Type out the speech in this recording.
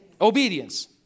obedience